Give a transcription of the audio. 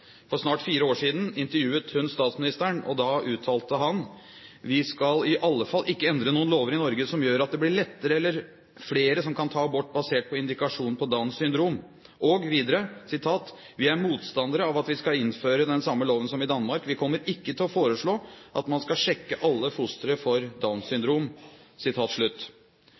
For snart fire år siden intervjuet hun statsministeren, og da uttalte han: «Vi skal i alle fall ikke endre noen lover i Norge som gjør at det blir lettere, eller flere som kan ta abort basert på indikasjon på Downs syndrom». Og videre: «Vi er motstandere av at vi skal innføre den samme loven som i Danmark. Vi kommer ikke til å foreslå at man kan sjekke alle fostre for Downs syndrom.»